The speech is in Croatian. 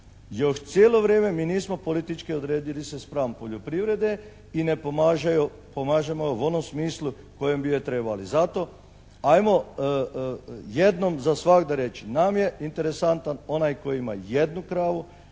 Još cijelo vrijeme mi nismo politički odredili se spram poljoprivrede i ne pomažemo u onom smislu u kojem bi je trebali. Zato ajmo jednom za svagda reći, nam je interesantan onaj tko ima jednu kravu,